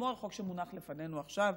כמו החוק שמונח לפנינו עכשיו,